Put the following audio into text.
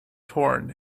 torn